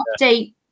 update